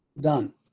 done